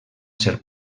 ser